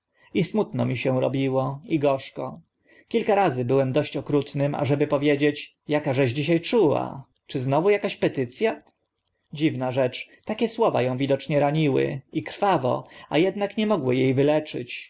i smutno mi się robiło i gorzko kilka razy byłem dość okrutnym ażeby powiedzieć jakażeś dzisia czuła czy znów aka petyc a dziwna rzecz takie słowa ą widocznie raniły i krwawo a ednak nie mogły e wyleczyć